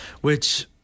which-